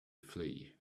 flee